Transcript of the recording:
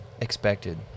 expected